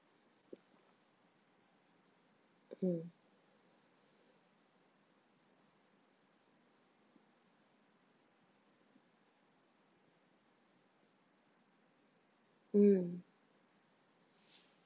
mm mm